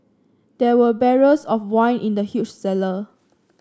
there were barrels of wine in the huge cellar